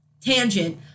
tangent